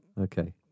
Okay